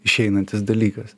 išeinantis dalykas